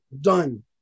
Done